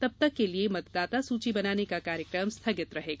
तब तक के लिये मतदाता सूची बनाने का कार्यक्रम स्थगित रहेगा